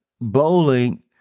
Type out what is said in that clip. bowling